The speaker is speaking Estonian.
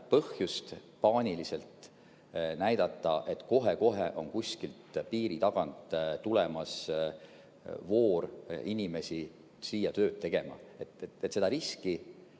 põhjust paaniliselt näidata, et kohe-kohe on kuskilt piiri tagant tulemas voor inimesi siia tööd tegema. Seda riski